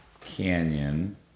Canyon